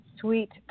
sweet